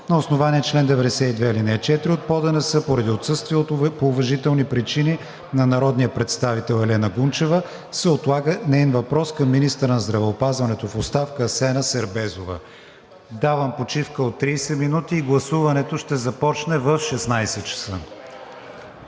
На основание чл. 92, ал. 4 от ПОДНС поради отсъствие по уважителни причини на народния представител Елена Гунчева се отлага неин въпрос към министъра на здравеопазването в оставка Асена Сербезова. Давам почивка от 30 минути. Гласуването ще започне в 16,00 ч.